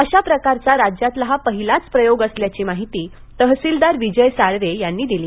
अशा प्रकारचा राज्यातला हा पहिलाच प्रयोग असल्याची माहिती तहसीलदार विजय साळवे यांनी दिली